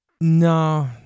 No